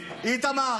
איתמר,